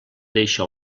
deixa